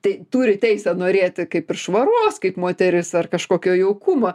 tai turi teisę norėti kaip ir švaros kaip moteris ar kažkokio jaukumo